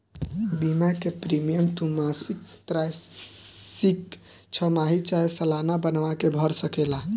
बीमा के प्रीमियम तू मासिक, त्रैमासिक, छमाही चाहे सलाना बनवा के भर सकेला